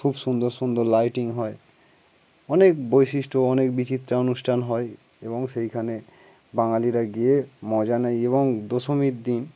খুব সুন্দর সুন্দর লাইটিং হয় অনেক বৈশিষ্ট্য অনেক বিচিত্রা অনুষ্ঠান হয় এবং সেইখানে বাঙালিরা গিয়ে মজা নেই এবং দশমীর দিন